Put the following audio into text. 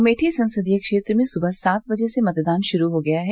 अमेठी संसदीय क्षेत्र में सुबह सात बजे से मतदान शुरू हो गया है